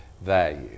value